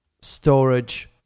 storage